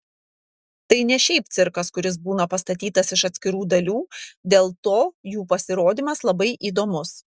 tai ne šiaip cirkas kuris būna pastatytas iš atskirų dalių dėl to jų pasirodymas labai įdomus